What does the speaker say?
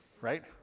right